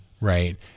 right